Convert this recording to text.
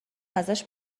ازش